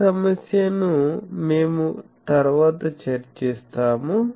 ఈ సమస్యను మేము తరువాత చర్చిస్తాము